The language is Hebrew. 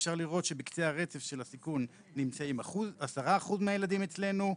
אפשר לראות שבקצה הרצף של הסיכון נמצאים 10% מהילדים אצלנו.